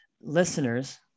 listeners